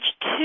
two